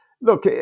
Look